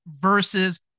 versus